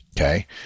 Okay